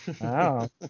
Wow